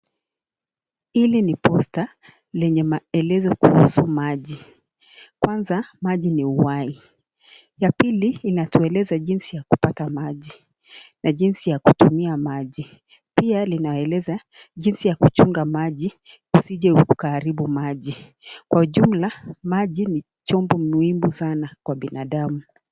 Hili ni poster lenye maelezo kuhusu maji. Kwanza, maji ni uhai. Ya pili inatueleza jinsi ya kupata maji na jinsi ya kutumia maji. Pia linaeleza jinsi ya kuchunga maji usije ukaharibu maji. Kwa ujumla, maji ni chombo muhimu sana kwa binadamu.